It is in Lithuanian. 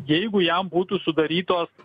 jeigu jam būtų sudarytos